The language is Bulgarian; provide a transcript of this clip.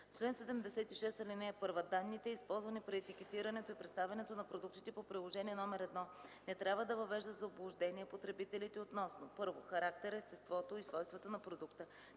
чл. 76: „Чл. 76. (1) Данните, използвани при етикетирането и представянето на продуктите по Приложение № 1 не трябва да въвеждат в заблуждение потребителите относно: 1. характера, естеството и свойствата на продукта,